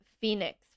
phoenix